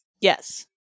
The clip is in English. Yes